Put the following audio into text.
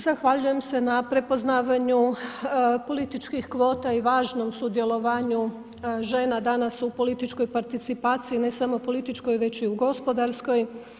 Zahvaljujem se na prepoznavanju političkih kvota i važnom sudjelovanju žena danas u političkoj participaciji, ne samo političkoj, već i u gospodarskoj.